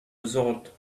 resort